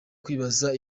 kwibaza